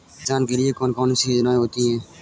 किसानों के लिए कौन कौन सी योजनायें होती हैं?